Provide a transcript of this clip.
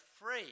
free